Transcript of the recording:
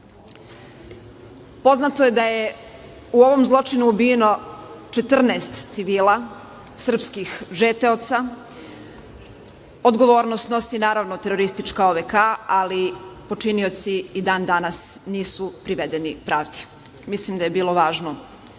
Grackom. Poznato je da je u ovom zločinu ubijeno 14 civila srpskih žeteoca. Odgovornost snosi naravno teroristička OVK, ali počinioci i dan, danas nisu privedeni pravdi. Mislim da je bilo važno